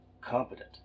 competent